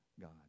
god